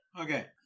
Okay